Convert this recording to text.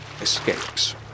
escapes